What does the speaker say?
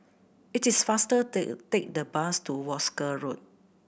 it is faster to take the bus to Wolskel Road